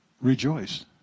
rejoice